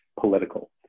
political